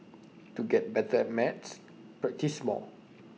to get better at maths practise more